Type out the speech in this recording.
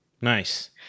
Nice